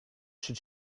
should